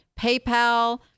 PayPal